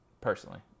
Personally